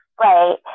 Right